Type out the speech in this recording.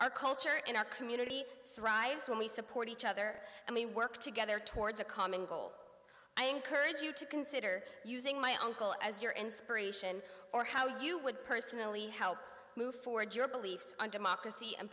our culture in our community thrives when we support each other i mean work together towards a common goal i encourage you to consider using my uncle as your inspiration or how you would personally help move forward your beliefs on democracy